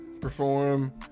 perform